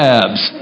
abs